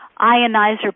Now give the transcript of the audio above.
Ionizer